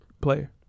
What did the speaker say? player